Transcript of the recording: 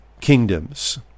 kingdoms